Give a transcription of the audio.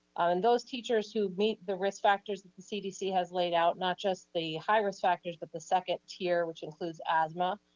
and those teachers who meet the risk factors that the cdc has laid out, not just the high risk factors, but the second tier, which includes asthma,